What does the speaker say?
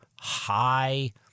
high